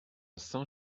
saint